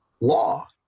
law